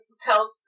tells